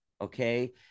okay